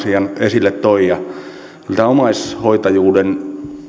esille toi ja kyllä tämä omaishoitajuuden